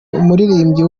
umuririmbyi